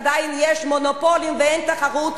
הם צריכים שיהיה להם איפה לגור.